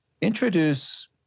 introduce